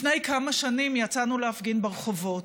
לפני כמה שנים יצאנו להפגין ברחובות,